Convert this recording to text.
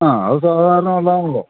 ആ അതു സാധാരണ ഉള്ളതാണല്ലോ